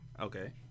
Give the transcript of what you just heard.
Okay